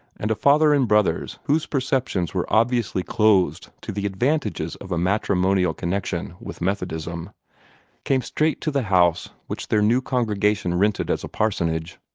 and a father and brothers whose perceptions were obviously closed to the advantages of a matrimonial connection with methodism came straight to the house which their new congregation rented as a parsonage.